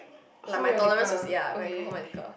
like my tolerance was ya when I could hold my liquor